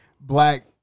Black